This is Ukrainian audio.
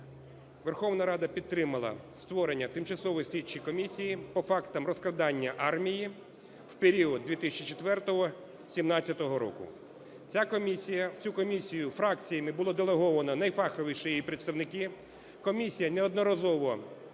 Верховна Рада підтримала створення Тимчасової слідчої комісії по фактам розкрадання армії в період 2004-2017 років. В цю комісію фракціями було делеговано найфаховіші її представники. Комісія неодноразово